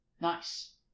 Nice